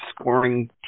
scoring